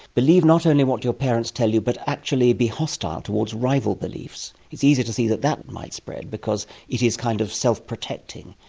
believe not only what your parents tell you but actually be hostile towards rival beliefs. it's easy to see that that might spread because it is kind of self-protecting.